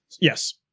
Yes